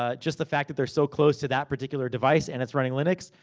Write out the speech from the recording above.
ah just the fact that they're so close to that particular device, and it's running linux.